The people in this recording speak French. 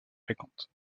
fréquente